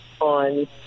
on